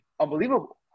unbelievable